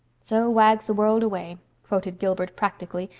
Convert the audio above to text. so wags the world away quoted gilbert practically,